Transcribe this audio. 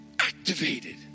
activated